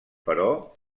però